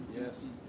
Yes